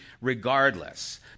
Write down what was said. regardless